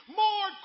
more